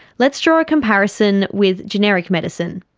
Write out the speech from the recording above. let's draw a comparison with generic medicine.